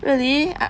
really